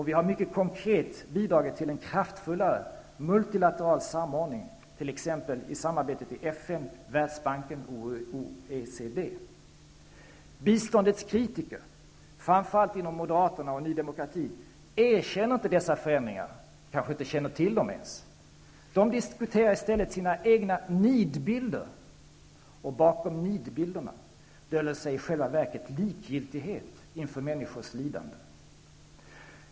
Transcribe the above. Vi har mycket konkret bidragit till en kraftfullare multilateral samordning, t.ex. i samarbetet i FN, Världsbanken och OECD. Biståndets kritiker, framför allt inom Moderaterna och Ny demokrati, erkänner inte dessa förändringar. De kanske inte känner till dem ens. De diskuterar i stället sina egna nidbilder. Och bakom nidbilderna döljer sig i själva verket likgiltighet inför människors lidande.